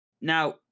Now